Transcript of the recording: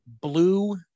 blue